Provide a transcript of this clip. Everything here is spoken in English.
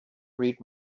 read